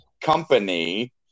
company